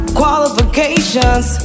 qualifications